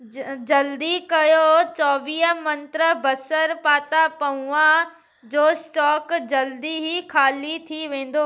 जल्दी कयो चोवीह मंत्रा बसरु पाता पउंआं जो स्टॉक जल्दी ई खाली थी वेंदो